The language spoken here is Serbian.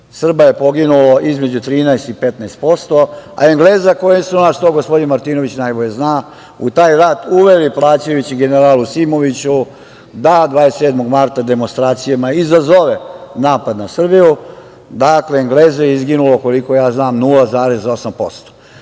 Srba je poginulo između 13% i 15%, a Engleza koji su nas, to gospodin Martinović najbolje zna, u taj rat uveli plaćajući generalu Simoviću da 27. marta demonstracijama izazove napad na Srbiju, dakle Engleza je izginulo, koliko ja znam, 0,8%.To